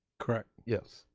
correct? yes.